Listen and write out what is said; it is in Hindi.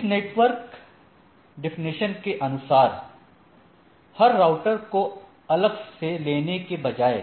इस नेटवर्क डेफिनेशन के अनुसार हर राउटर को अलग से लेने की बजाय